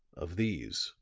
of these,